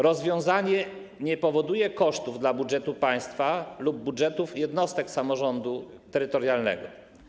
Rozwiązanie nie powoduje kosztów dla budżetu państwa lub budżetów jednostek samorządu terytorialnego.